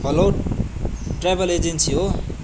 हलो travel agency हो